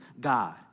God